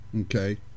Okay